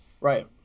Right